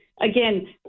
again